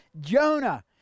Jonah